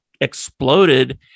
exploded